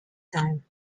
time